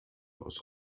aus